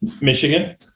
Michigan